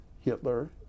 Hitler